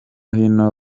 hino